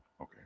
Okay